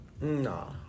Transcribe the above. No